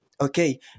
okay